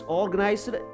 organized